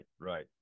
right